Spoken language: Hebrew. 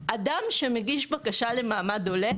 אדם שמגיש בקשה למעמד עולה,